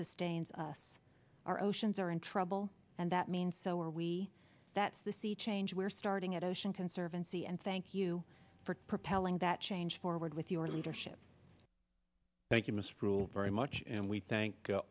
sustains us our oceans are in trouble and that means so are we that's the sea change we're starting at ocean conservancy and thank you for propelling that change forward with your leadership thank you misrule very much and we thank